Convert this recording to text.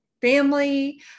family